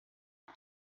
and